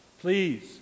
Please